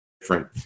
different